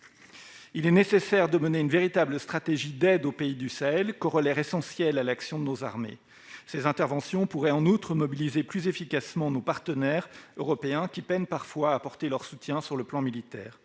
Il est nécessaire de mener une véritable stratégie d'aide aux pays du Sahel, corollaire essentiel à l'action de nos armées. Ces interventions pourraient, en outre, mobiliser plus efficacement nos partenaires européens, qui peinent parfois à nous apporter leur soutien sur le plan militaire.